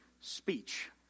speech